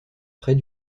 près